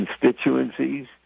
constituencies